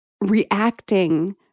reacting